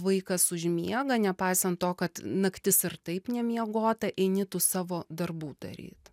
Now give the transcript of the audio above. vaikas užmiega nepaisant to kad naktis ir taip nemiegota eini tų savo darbų daryt